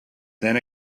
then